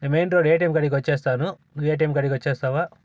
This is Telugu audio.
నేను మెయిన్ రోడ్ ఏటీఎం కాడికి వచ్చేస్తాను నువ్వు ఏటీఎం కాడికి వచ్చేస్తావా